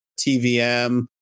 TVM